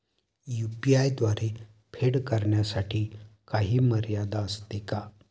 UPI द्वारे फेड करण्यासाठी काही मर्यादा असते का?